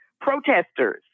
protesters